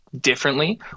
differently